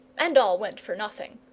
and all went for nothing.